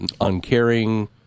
uncaring